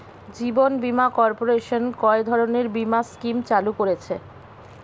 জীবন বীমা কর্পোরেশন কয় ধরনের বীমা স্কিম চালু করেছে?